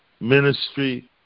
Ministry